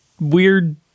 weird